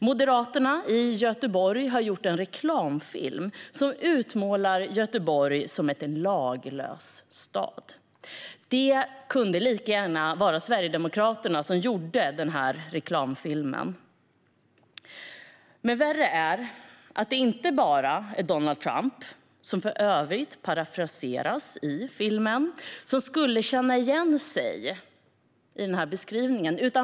Moderaterna i Göteborg har gjort en reklamfilm som utmålar Göteborg som en laglös stad. Det hade lika gärna kunnat vara Sverigedemokraterna som hade gjort denna reklamfilm. Men värre är att det inte bara är Donald Trump, som för övrigt parafraseras i filmen, som skulle känna igen sig i denna beskrivning.